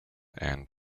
and